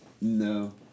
no